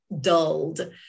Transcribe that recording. dulled